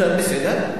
בסדר.